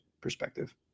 perspective